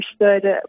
understood